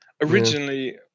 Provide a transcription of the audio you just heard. originally